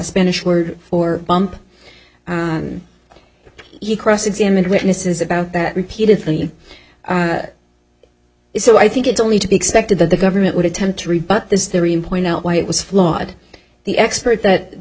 spanish word or bump you cross examine witnesses about that repeatedly so i think it's only to be expected that the government would attempt to rebut this theory in point out why it was flawed the expert that the